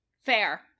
Fair